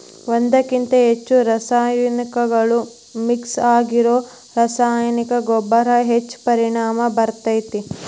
ಒಂದ್ಕಕಿಂತ ಹೆಚ್ಚು ರಾಸಾಯನಿಕಗಳು ಮಿಕ್ಸ್ ಆಗಿರೋ ರಾಸಾಯನಿಕ ಗೊಬ್ಬರ ಹೆಚ್ಚ್ ಪರಿಣಾಮ ಬೇರ್ತೇತಿ